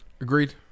Agreed